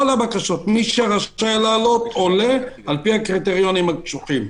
מי שרשאי לעלות על פי הקריטריונים הקשוחים,